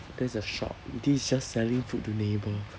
that's a shop this is just selling food to neighbour